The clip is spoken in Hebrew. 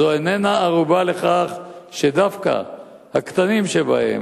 זו איננה ערובה לכך שדווקא הקטנים שבהם,